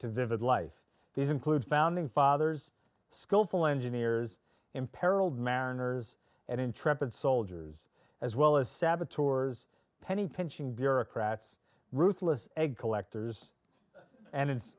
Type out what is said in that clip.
vivid life these include founding fathers skilful engineers imperiled mariners and intrepid soldiers as well as saboteurs penny pinching bureaucrats ruthless egg collectors and